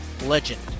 legend